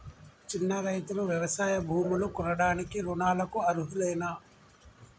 చిన్న రైతులు వ్యవసాయ భూములు కొనడానికి రుణాలకు అర్హులేనా?